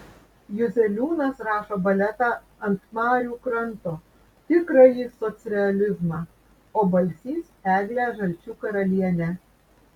juzeliūnas rašo baletą ant marių kranto tikrąjį socrealizmą o balsys eglę žalčių karalienę